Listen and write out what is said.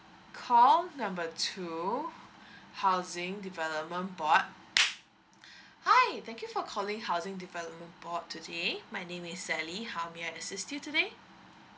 call number two housing development board hi thank you for calling housing development board today my name is sally how may I assist you today